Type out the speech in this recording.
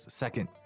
second